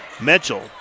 Mitchell